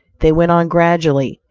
they went on gradually,